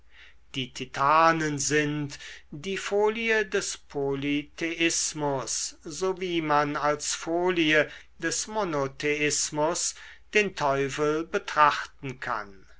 die titanen sind die folie des polytheismus so wie man als folie des monotheismus den teufel betrachten kann